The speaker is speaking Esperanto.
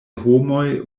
homoj